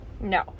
No